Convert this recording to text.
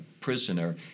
prisoner